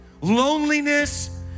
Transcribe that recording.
Loneliness